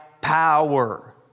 power